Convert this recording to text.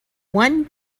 one